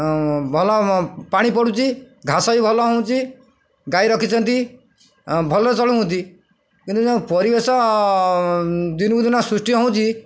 ଭଲ ପାଣି ପଡ଼ୁଛି ଘାସ ବି ଭଲ ହଉଛି ଗାଈ ରଖିଛନ୍ତି ଭଲରେ ଚଳନ୍ତି କିନ୍ତୁ ଯେଉଁ ପରିବେଶ ଦିନକୁ ଦିନ ସୃଷ୍ଟି ହଉଛି